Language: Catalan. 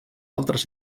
altres